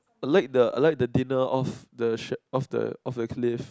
I like the I like the dinner of the shirt of the of the cliff